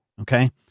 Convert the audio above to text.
Okay